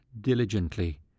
diligently